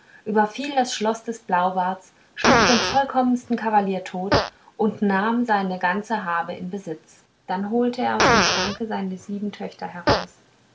überfiel das schloß des blaubarts schlug den vollkommensten kavalier tot und nahm seine ganze habe in besitz dann holte er aus dem schranke seine sieben töchter heraus